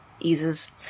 Eases